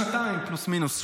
שנתיים, פלוס-מינוס.